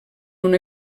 una